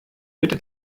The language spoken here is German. bitte